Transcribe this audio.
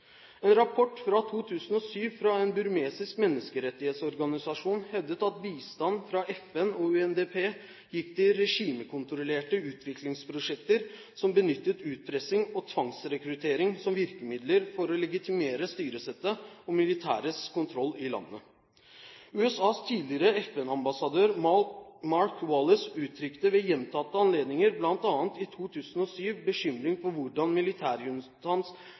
En rapport fra 2007 fra en burmesisk menneskerettighetsorganisasjon hevdet at bistand fra FN og UNDP gikk til regimekontrollerte utviklingsprosjekter som benyttet utpressing og tvangsrekruttering som virkemidler for å legitimere styresettet og militærets kontroll i landet. USAs tidligere FN-ambassadør Mark Wallace uttrykte ved gjentatte anledninger, bl.a. i 2007, bekymring for hvordan